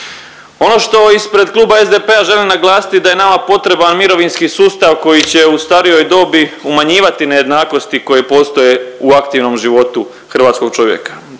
Ono što ispred kluba SDP-a želim naglasiti da je nama potreban mirovinski sustav koji će u starijoj dobi umanjivati nejednakosti koje postoje u aktivnom životu hrvatskog čovjeka.